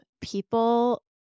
people